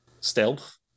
Stealth